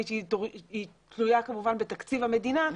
היא תלויה כמובן בתקציב המדינה,